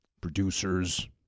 producers